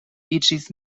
iĝis